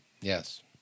Yes